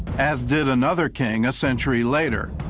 as did another king a century later.